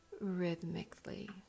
rhythmically